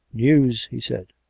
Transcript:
news, he said.